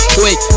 quick